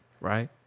Right